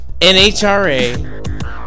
NHRA